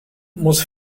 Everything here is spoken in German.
muss